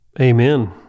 amen